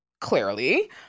clearly